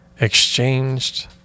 Exchanged